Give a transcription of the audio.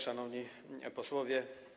Szanowni Posłowie!